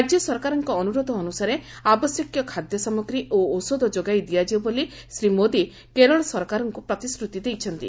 ରାଜ୍ୟ ସରକାରଙ୍କ ଅନୁରୋଧ ଅନୁସାରେ ଆବଶ୍ୟକୀୟ ଖାଦ୍ୟସାମଗ୍ରୀ ଓ ଔଷଧ ଯୋଗାଇ ଦିଆଯିବ ବୋଲି ଶ୍ରୀ ମୋଦି କେରଳ ସରକାରଙ୍କୁ ପ୍ରତିଶ୍ରତି ଦେଇଛନ୍ତି